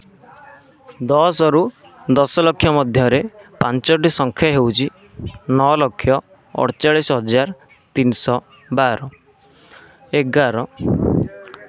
ଦଶରୁ ଦଶ ଲକ୍ଷ ମଧ୍ୟରେ ପାଞ୍ଚଟି ସଂଖ୍ୟା ହେଉଛି ନଅ ଲକ୍ଷ ଅଠଚାଳିଶ ହଜାର ତିନି ଶହ ବାର ଏଗାର